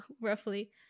roughly